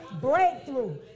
Breakthrough